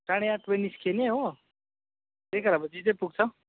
साढे आठ बजी निस्किने हो एघार बजी चाहिँ पुग्छ